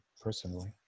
personally